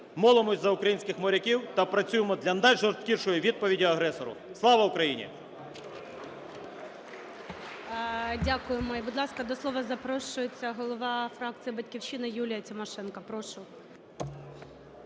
Молимося за українських моряків та працюємо для найжорсткішої відповіді агресору. Слава Україні! ГОЛОВУЮЧИЙ. Дякуємо. І, будь ласка, до слова запрошується голова фракції "Батьківщина" Юлія Тимошенко. Прошу.